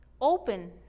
open